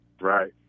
right